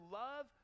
love